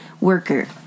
worker